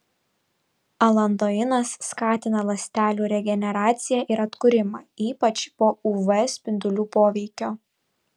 alantoinas skatina ląstelių regeneraciją ir atkūrimą ypač po uv spindulių poveikio